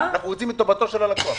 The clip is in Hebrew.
אנחנו רוצים את טובתו של הלקוח.